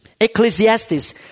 Ecclesiastes